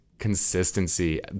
consistency